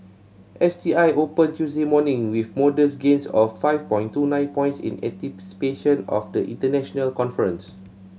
S T I opened Tuesday morning with modest gains of five point two nine points in anticipation of the international conference